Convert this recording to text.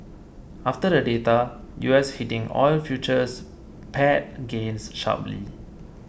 after the data U S heating oil futures pared gains sharply